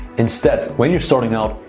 instead, when you're starting out,